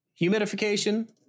Humidification